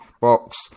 box